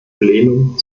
plenum